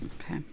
Okay